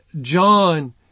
John